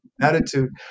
attitude